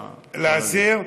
להסיר?